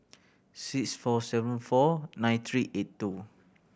six four seven four nine three eight two